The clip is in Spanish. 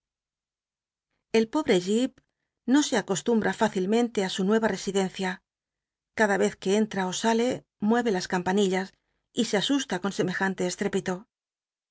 el pobre jip no se acostumbra fácilmente a su nuc a residencia cada cz uc entra ó sale muere las campanillas y se asusta con semejante